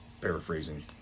paraphrasing